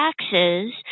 taxes